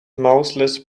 mouseless